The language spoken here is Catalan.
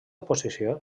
posició